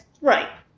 Right